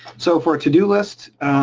so for a to do list,